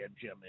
Jim